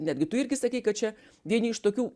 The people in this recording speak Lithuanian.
netgi tu irgi sakei kad čia vieni iš tokių